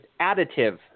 additive